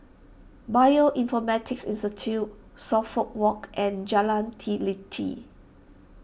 Bioinformatics Institute Suffolk Walk and Jalan Teliti